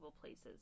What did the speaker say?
places